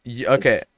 okay